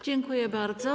Dziękuję bardzo.